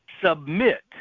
submit